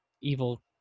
evil